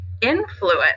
influence